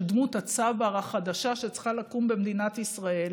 דמות הצבר החדשה שצריכה לקום במדינת ישראל,